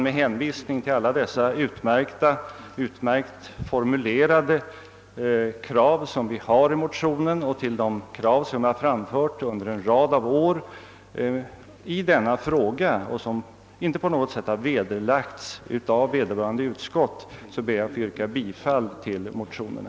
Med hänvisning till alla de utmärkt formulerade krav som vi har uppställt i motionerna och till de önskemål som vi har framfört i denna fråga under en rad av år, och som inte på något sätt har vederlagts av vederbörande utskott, ber jag att få yrka bifall till motionerna.